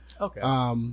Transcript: Okay